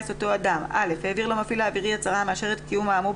אין חום.